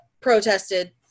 protested